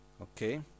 Okay